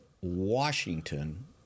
Washington